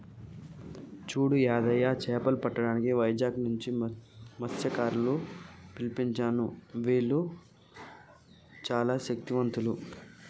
సూడు యాదయ్య సేపలు పట్టటానికి వైజాగ్ నుంచి మస్త్యకారులను పిలిపించాను గీల్లు సానా శక్తివంతులు